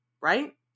right